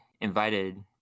invited